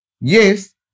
Yes